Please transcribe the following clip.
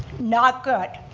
not good.